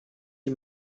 sie